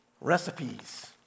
recipes